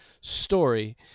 story